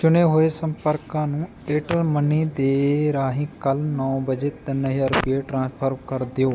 ਚੁਣੇ ਹੋਏ ਸੰਪਰਕਾਂ ਨੂੰ ਏਅਰਟੈੱਲ ਮਨੀ ਦੇ ਰਾਹੀਂ ਕੱਲ੍ਹ ਨੌਂ ਵਜੇ ਤਿੰਨ ਹਜ਼ਾਰ ਰੁਪਈਏ ਟ੍ਰਾਂਸਫਰ ਕਰ ਦਿਓ